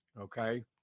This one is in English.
Okay